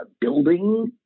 building